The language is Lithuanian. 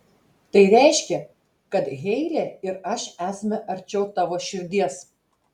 tai reiškia kad heile ir aš esame arčiau tavo širdies